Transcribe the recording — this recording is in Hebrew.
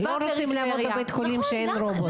לא רוצים לעבוד איפה שאין רובוט.